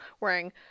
wearing